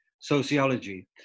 sociology